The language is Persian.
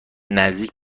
نزدیک